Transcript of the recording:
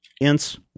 Ince